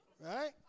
Right